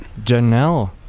Janelle